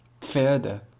pferde